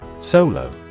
Solo